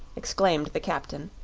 exclaimed the captain,